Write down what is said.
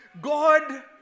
God